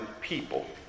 people